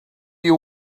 you